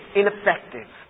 ineffective